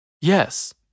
Yes